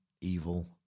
evil